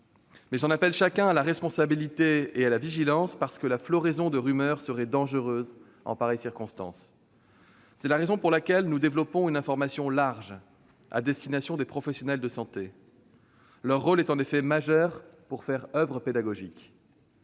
Mais j'appelle chacun à la responsabilité et à la vigilance, parce que la floraison de rumeurs serait dangereuse en pareilles circonstances. C'est la raison pour laquelle nous développons une information large à destination des professionnels de santé : ces derniers jouent un rôle majeur pour faire oeuvre pédagogique.